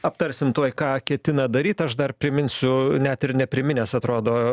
aptarsim tuoj ką ketina daryt aš dar priminsiu net ir nepriminęs atrodo